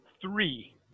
Three